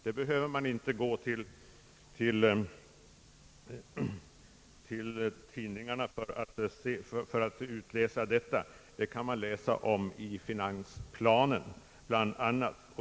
Man behöver inte gå till tidningarna för att utläsa detta, det kan man läsa om bland annat i finansplanen.